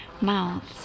mouths